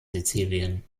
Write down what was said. sizilien